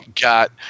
got